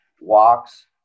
walks